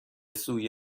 سوی